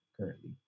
currently